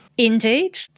Indeed